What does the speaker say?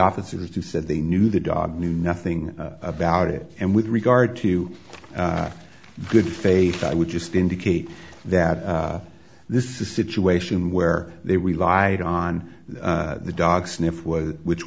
officers who said they knew the dog knew nothing about it and with regard to good faith i would just indicate that this is a situation where they relied on the dog sniff was which